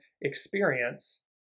experience